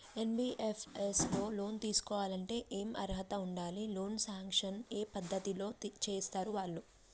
NBFS లో loan తీస్కోవాలంటే ఏం అర్హత ఉండాలి? లోన్ సాంక్షన్ ఏ పద్ధతి లో చేస్తరు వాళ్లు?